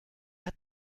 hat